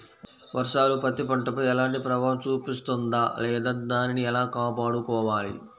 వర్షాలు పత్తి పంటపై ఎలాంటి ప్రభావం చూపిస్తుంద లేదా దానిని ఎలా కాపాడుకోవాలి?